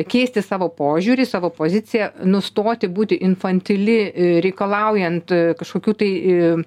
keisti savo požiūrį savo poziciją nustoti būti infantili reikalaujant kažkokių tai